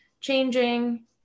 changing